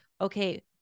okay